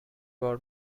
بار